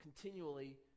continually